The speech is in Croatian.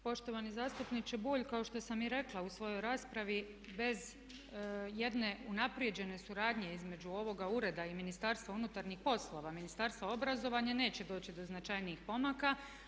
Poštovani zastupniče Bulj kao što sam i rekla u svojoj raspravi bez jedne unaprijeđene suradnje između ovoga ureda i Ministarstva unutarnjih poslova, Ministarstva obrazovanja neće doći do značajnijih pomaka.